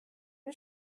den